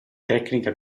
tecnica